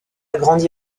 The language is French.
grandi